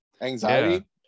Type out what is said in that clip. Anxiety